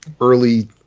early